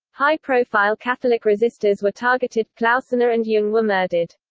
high-profile catholic resistors were targeted klausener and jung were murdered.